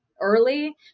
early